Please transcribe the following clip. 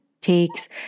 takes